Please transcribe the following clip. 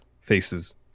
faces